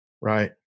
right